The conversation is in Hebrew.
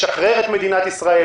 לשחרר את מדינת ישראל,